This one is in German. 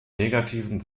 negativen